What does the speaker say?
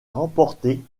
remporté